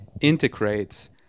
integrates